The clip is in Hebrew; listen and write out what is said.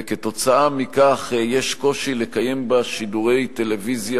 וכתוצאה מכך יש קושי לקיים בה שידורי טלוויזיה